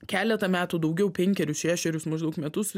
keletą metų daugiau penkerius šešerius maždaug metus